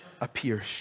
appears